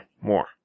more